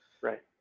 Right